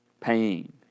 Pain